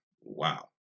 Wow